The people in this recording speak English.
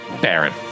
Baron